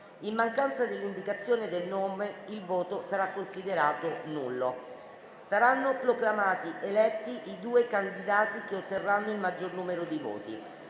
In mancanza dell'indicazione del nome il voto sarà considerato nullo. Saranno proclamati eletti i due candidati che otterranno il maggior numero di voti.